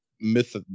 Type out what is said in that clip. myth